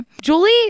Julie